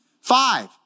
Five